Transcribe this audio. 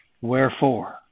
Wherefore